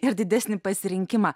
ir didesnį pasirinkimą